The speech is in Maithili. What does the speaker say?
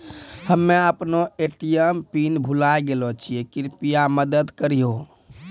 हम्मे अपनो ए.टी.एम पिन भुलाय गेलो छियै, कृपया मदत करहो